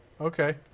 Okay